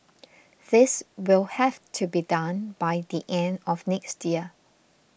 this will have to be done by the end of next year